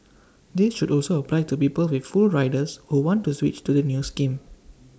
this should also apply to people with full riders who want to switch to the new scheme